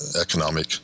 economic